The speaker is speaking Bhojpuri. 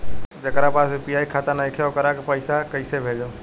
जेकरा पास यू.पी.आई खाता नाईखे वोकरा के पईसा कईसे भेजब?